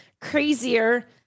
crazier